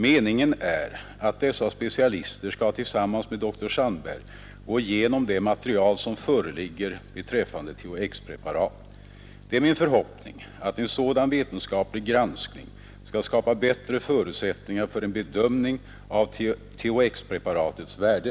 Meningen är att dessa specialister tillsammans med dr Sandberg skall gå igenom det material som föreligger beträffande THX-preparatet. Det är min förhoppning att en sådan vetenskaplig granskning skall skapa bättre förutsättningar för en bedömning av THX-preparatets värde.